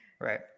Right